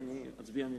אז אני אצביע מפה,